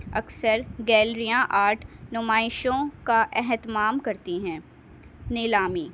اکثر گیلریاں آرٹ نمائشوں کا اہتمام کرتی ہیں نیلامی